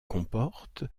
comporte